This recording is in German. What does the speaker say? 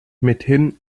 mithin